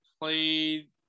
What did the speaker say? played